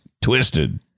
Twisted